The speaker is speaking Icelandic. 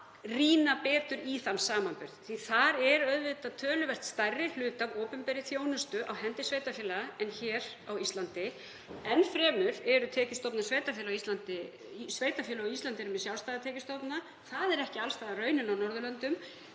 að rýna betur í þann samanburð. Þar er töluvert stærri hluti af opinberri þjónustu á hendi sveitarfélaga en á Íslandi. Enn fremur eru sveitarfélög á Íslandi með sjálfstæða tekjustofna. Það er ekki alls staðar raunin á Norðurlöndum.